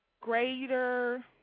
Greater –